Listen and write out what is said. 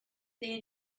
they